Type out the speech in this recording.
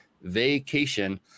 vacation